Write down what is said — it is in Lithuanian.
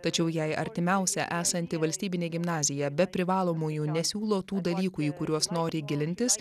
tačiau jei artimiausia esanti valstybinė gimnazija be privalomų jų nesiūlo tų dalykų į kuriuos nori gilintis